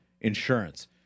insurance